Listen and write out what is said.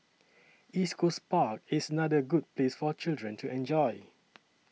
East Coast Park is another good place for children to enjoy